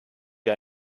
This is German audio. wir